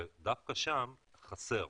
דווקא שם חסר.